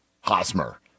Hosmer